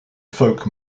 folk